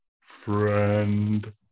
friend